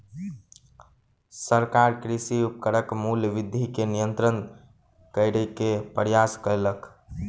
सरकार कृषि उपकरणक मूल्य वृद्धि के नियंत्रित करै के प्रयास कयलक